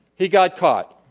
he got caught.